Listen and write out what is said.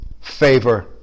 favor